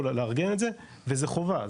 לארגן את זה וזה חובה,